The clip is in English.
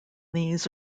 these